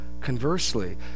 conversely